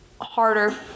harder